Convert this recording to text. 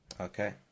okay